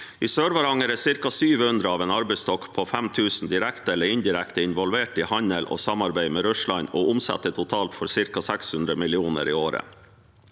I Sør-Varanger er ca. 700 av en arbeidsstokk på 5 000 direkte eller indirekte involvert i handel og samarbeid med Russland og omsetter totalt for ca. 600 mill. kr i året.